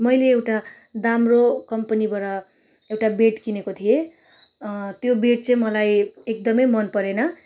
मैले एउटा दाम्रो कम्पनीबाट एउटा बेड किनेको थिएँ त्यो बेड चाहिँ मलाई एकदमै मनरपेन